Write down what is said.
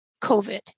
COVID